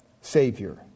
Savior